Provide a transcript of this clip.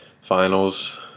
Finals